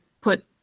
put